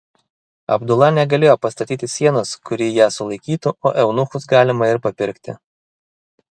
abdula negalėjo pastatyti sienos kuri ją sulaikytų o eunuchus galima ir papirkti